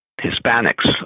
Hispanics